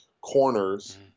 corners